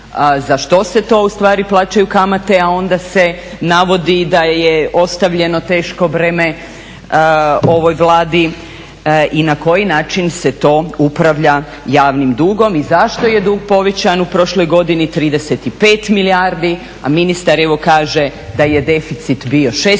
za što se to ustvari plaćaju kamate a onda se navodi i da je ostavljeno teško breme ovoj Vladi i na koji način se to upravlja javnim dugom, i zašto je dug povećan u prošloj godini 35 milijardi? A ministar, evo kaže da je deficit bio 16, a